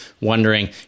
wondering